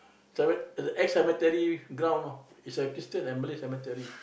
ceme~ ex cemetery ground know is a christian and Malay cemetery